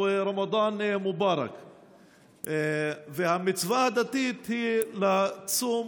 או "רמדאן מובארכ"; והמצווה הדתית היא לצום